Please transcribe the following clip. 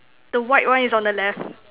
the white one is on the left